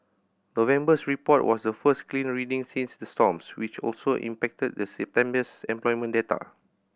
November's report was the first clean reading since the storms which also impacted September's employment data